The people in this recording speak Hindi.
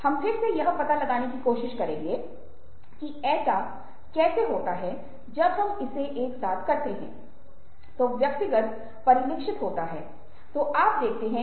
इसलिए फिर से आप देखते हैं कि पश्चिमी परंपरा ने इस अवधारणा को स्वीकार कर लिया है कि विचारशीलता सहानुभूति पैदा कर सकती है और सहानुभूति एक निश्चित अर्थ में खुशी का कारण बन सकती है